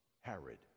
Herod